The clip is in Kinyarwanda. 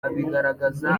abigaragaza